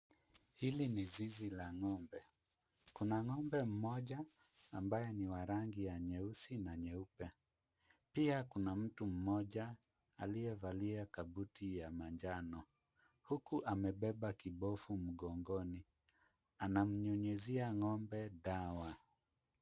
Hili ni zizi la ng'ombe. Kuna ng'ombe mmoja ambaye ni wa rangi ya nyeusi na nyeupe. Pia kuna mtu mmoja aliyevalia kabuti ya manjano huku amebeba kibofu mgongoni. Anamnyunyuzia ng'ombe dawa.